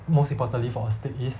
most importantly for a steak is